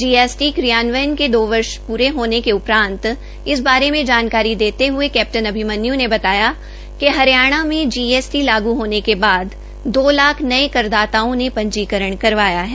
GST क्रियान्वयन के दो वर्ष पूरे होने के उपरान्त इस बारे में जानकारी देते ह्ए कैप्टन अभिमन्य् ने बताया कि हरियाणा में जीएसटी लागू होने के बाद दो लाख नए करदाताओं ने पंजीकरण करवाया है